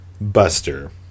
Buster